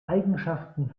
eigenschaften